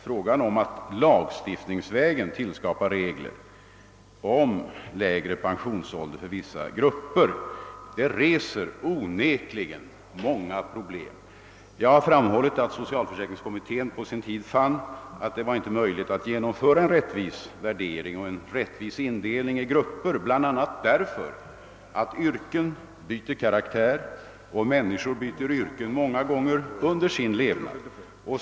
Frågan om att lagstiftningsvägen införa regler om lägre pensionsålder för vissa grupper reser onekligen många problem. Jag har framhållit att socialförsäkringskommittén på sin tid fann att det inte var möjligt att genomföra en rättvis värdering och indelning i grupper, bl.a. därför att yrken byter karaktär och människor byter yrken många gånger under sin levnad.